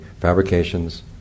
fabrications